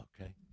Okay